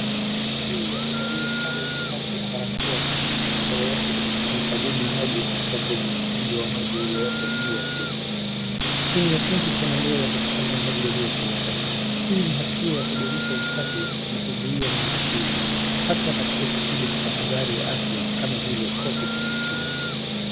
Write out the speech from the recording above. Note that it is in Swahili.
Mlinzi huyu amevalia sare za kazi na barakoa akisafisha mikono yake kwa kutumia sabuni na maji kutoka kwenye mtungi wa maji uliowekwa juu ya stendi. Chini ya sinki kuna ndoo ya kukusanya maji yaliyotumika. Hii ni hatua ya kudumisha usafi na kuzuia maambukizi hasa katika kipindi cha tahadhari ya afya kama vile Covid Nineteen .